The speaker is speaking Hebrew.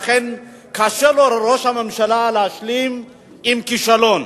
ולכן קשה לו לראש הממשלה להשלים עם כישלון.